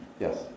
Yes